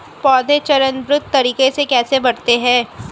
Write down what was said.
पौधे चरणबद्ध तरीके से कैसे बढ़ते हैं?